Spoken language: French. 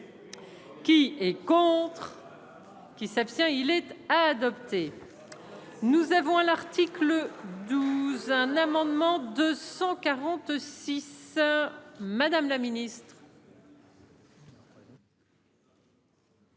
Qui est contre. Qui s'abstient-il être adopté. Nous avons à l'article 12, un amendement de 146. Madame la Ministre.